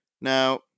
Now